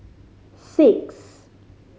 six